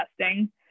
testing